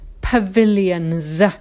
pavilions